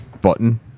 Button